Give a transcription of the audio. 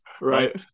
Right